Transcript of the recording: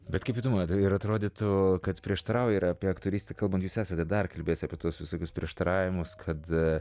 bet kaip įdomu ir atrodytų kad prieštarauja ir apie aktorystę kalbant jūs esate dar kalbės apie tuos visokius prieštaravimus kad